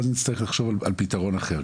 ואז נצטרך לחשוב על פתרון אחר.